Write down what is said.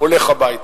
הולך הביתה.